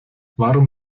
warum